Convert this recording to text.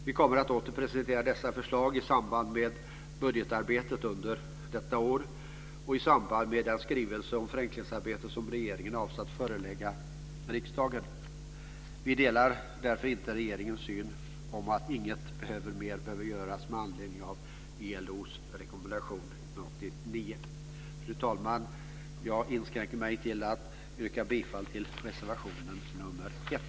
Vi kommer att återigen presentera dessa förslag i samband med budgetarbetet under detta år och i samband med den skrivelse om förenklingsarbetet som regeringen avser att förelägga riksdagen. Vi delar således inte regeringens syn - att ingenting mer behöver göras med anledning av ILO:s rekommendation 189. Fru talman! Jag inskränker mig till att yrka bifall till reservation 1.